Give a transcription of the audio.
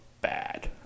bad